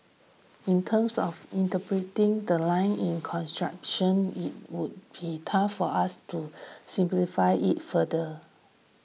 in terms of interpreting that line in the Constitution it would be tough for us to simplify it further